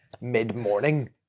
mid-morning